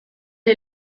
est